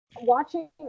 Watching